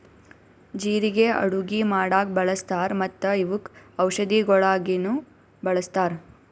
ಜೀರಿಗೆ ಅಡುಗಿ ಮಾಡಾಗ್ ಬಳ್ಸತಾರ್ ಮತ್ತ ಇವುಕ್ ಔಷದಿಗೊಳಾಗಿನು ಬಳಸ್ತಾರ್